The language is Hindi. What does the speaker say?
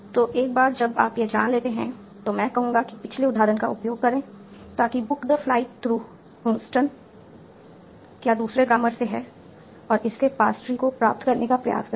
तो अब एक बार जब आप यह जान लेते हैं तो मैं कहूंगा कि पिछले उदाहरण का उपयोग करें ताकि book the flight through Houston क्या दूसरे ग्रामर से है और इसके पार्स ट्री को प्राप्त करने का प्रयास करें